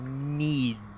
need